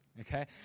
okay